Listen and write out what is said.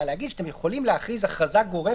נשמח לשמוע בקצרה מה דעתך.